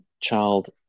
child